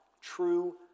true